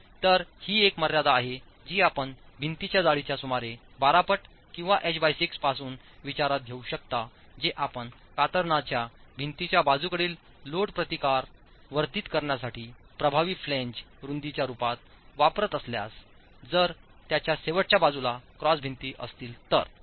तर ही एक मर्यादा आहे जी आपण भिंतीच्या जाडीच्या सुमारे 12 पट किंवा एच6 पासून विचारात घेऊ शकता जे आपण कातरणाच्या भिंतीच्या बाजूकडील लोड प्रतिकार वर्धित करण्यासाठी प्रभावी फ्लॅंज रुंदीच्या रूपात वापरत असल्यास जर त्याच्या शेवटच्या बाजूला क्रॉस भिंती असतील तर